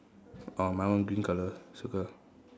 orh my one green colour circle